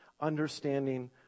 understanding